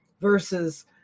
versus